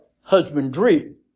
husbandry